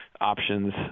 options